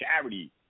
charity